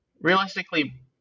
realistically